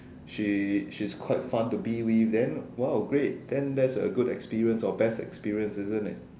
she she's quite fun to be with then !wow! great then that's a good experience or best experience isn't it